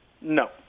No